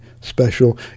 special